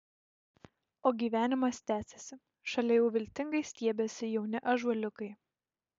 o gyvenimas tęsiasi šalia jau viltingai stiebiasi jauni ąžuoliukai